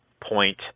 point